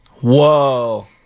Whoa